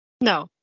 No